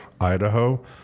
Idaho